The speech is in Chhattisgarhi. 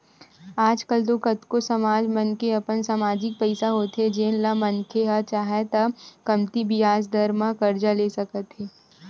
आज कल तो कतको समाज मन के अपन समाजिक पइसा होथे जेन ल मनखे ह चाहय त कमती बियाज दर म करजा ले सकत हे